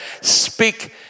speak